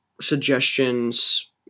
suggestions